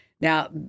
Now